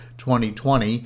2020